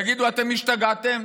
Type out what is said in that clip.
תגידו, אתם השתגעתם?